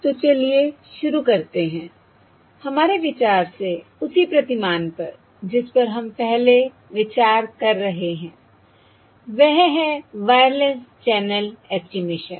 तो चलिए शुरू करते हैं हमारे विचार से उसी प्रतिमान पर जिस पर हम पहले विचार कर रहे हैं वह है वायरलेस चैनल एस्टिमेशन